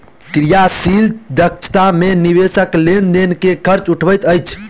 क्रियाशील दक्षता मे निवेशक लेन देन के खर्च उठबैत अछि